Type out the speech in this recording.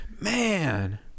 Man